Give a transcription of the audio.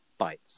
bytes